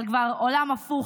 אבל כבר עולם הפוך,